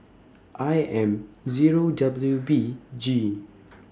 I M Zero W B G